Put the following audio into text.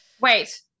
Wait